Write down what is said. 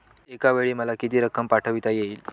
एकावेळी मला किती रक्कम पाठविता येईल?